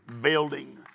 building